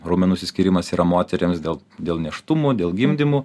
raumenų išsiskyrimas yra moterims dėl dėl nėštumo dėl gimdymų